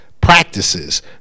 practices